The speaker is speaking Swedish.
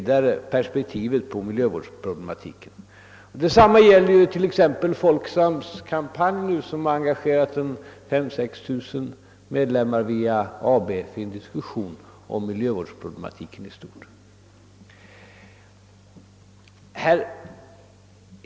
Detsamma gäller också för t.ex. Folksams kampanj, där man via ABF har engagerat 5 000—6 000 medlemmar i en diskussion om miljövårdsproblematiken i stort.